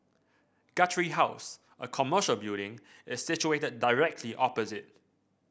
Guthrie House a commercial building is situated directly opposite